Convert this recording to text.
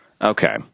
okay